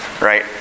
right